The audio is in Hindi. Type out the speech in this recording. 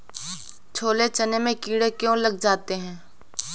छोले चने में कीड़े क्यो लग जाते हैं?